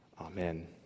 Amen